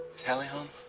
is hallie home?